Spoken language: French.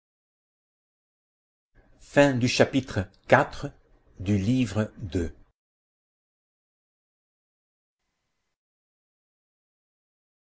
chapitre iv le